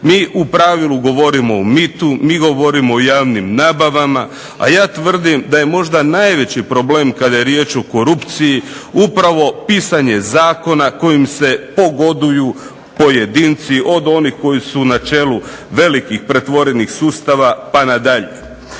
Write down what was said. Mi u pravilu govorimo o mitu, mi govorimo o javnim nabavama, a ja tvrdim da je možda najveći problem kada je riječ o korupciji upravo pisanje zakona kojim se pogoduju pojedinci, od onih koji su na čelu velikih pretvorenih sustava pa nadalje.